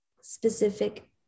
specific